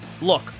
Look